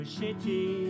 city